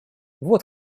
вот